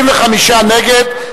65 נגד.